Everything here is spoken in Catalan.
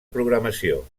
programació